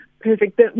Perfect